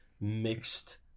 mixed